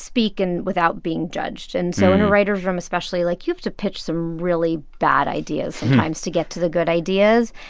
speak and without being judged. and so in a writers' room especially, like, you have to pitch some really bad ideas sometimes to get to the good ideas.